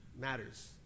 matters